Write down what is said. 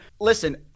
Listen